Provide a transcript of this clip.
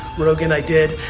rogan i did.